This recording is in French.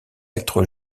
lettre